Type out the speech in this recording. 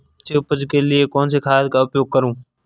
अच्छी उपज के लिए कौनसी खाद का उपयोग करूं?